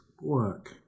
work